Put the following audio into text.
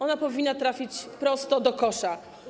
Ona powinna trafić prosto do kosza.